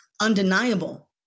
undeniable